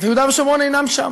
ויהודה ושומרון אינם שם.